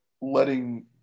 letting